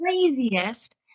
craziest